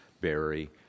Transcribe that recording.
Barry